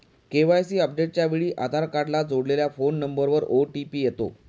KYC अपडेटच्या वेळी आधार कार्डला जोडलेल्या फोन नंबरवर ओ.टी.पी येतो